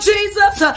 Jesus